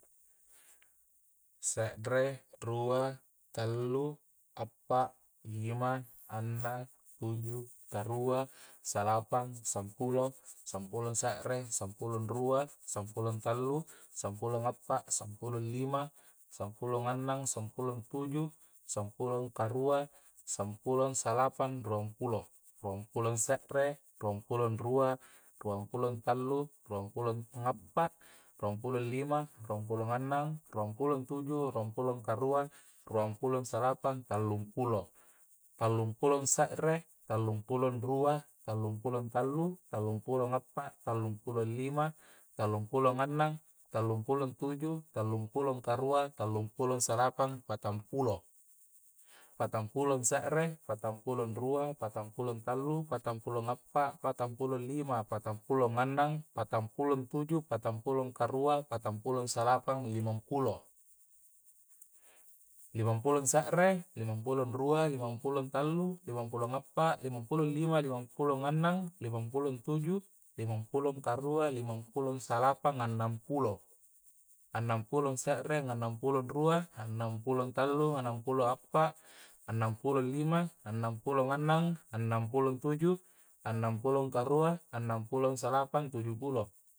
Se're rua tallu ngappa lima annang tuju karua salapang sampulo sampulo se're sampulo ruang sampulo tellu sampulo ngappa sampulo lima sampulo ngannang sampulo ntuju sampulo karuan sampulong salapang ruang pulong ruang pulong se're ruang pulong rua ruang pulo tallu ruang pulong tallu ruang pulong ngappa ruang pulong lima ruang pulo ngannang ruang pulo ntuju ruang pulo karua ruang pulong salapang tallung pulo tallung pulong se're tallung pulong rua tallung pulong tallu tallung pulo ngappa tallung pulo lima tallung pulo ngannang tallung pulo ntuju tallung pulo karua tallung pulo salapang patang pulo. patang pulo se're patang pulo nrua patang pulo tallu patang pulo ngappa patang pulo lima patang pulo ngannang patang pulo ntuju patang pulo karuang patang pulo salapang limang pulo limang pulo se're limang pulong ruang limang pulo tallu limang pulong ngappa limang pulong lima limang pulong ngannang limang pulong ntuju limang pulong karua limang pulong salapang ngannang pulo annang pulong se're ngannang pulo ruang annang pulo tallu annang pulong appa annang pulo lima annang pulo ngannang annang pulo tuju annang pulo karua annang pulo salapang tujung pulo